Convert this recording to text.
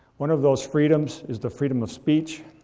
one of those freedoms is the freedom of speech.